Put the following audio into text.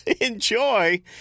enjoy